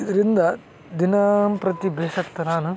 ಇದರಿಂದ ದಿನಂಪ್ರತಿ ಬೇಸತ್ತ ನಾನು